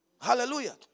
Hallelujah